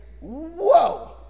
Whoa